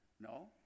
No